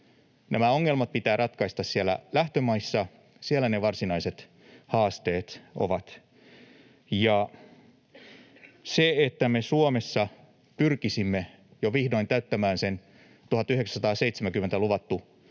Nämä ongelmat pitää ratkaista siellä lähtömaissa, siellä ne varsinaiset haasteet ovat. Se, että me Suomessa pyrkisimme jo vihdoin täyttämään sen 1970 luvatun